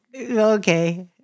Okay